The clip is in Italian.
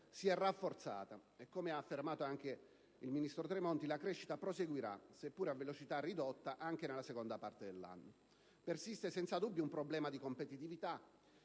si è rafforzata e, come affermato anche dal ministro Tremonti, la crescita proseguirà, seppure a velocità ridotta, anche nella seconda parte dell'anno. Persiste, senza dubbio, un problema di competitività